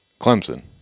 clemson